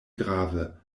grave